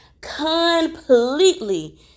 completely